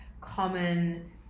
common